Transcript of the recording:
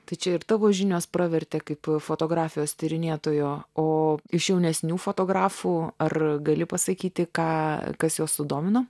tai čia ir tavo žinios pravertė kaip fotografijos tyrinėtojo o iš jaunesnių fotografų ar gali pasakyti ką kas juos sudomino